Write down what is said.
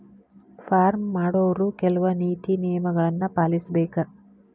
farm ಮಾಡೊವ್ರು ಕೆಲ್ವ ನೇತಿ ನಿಯಮಗಳನ್ನು ಪಾಲಿಸಬೇಕ